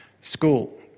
school